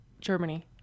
Germany